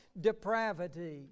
depravity